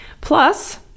Plus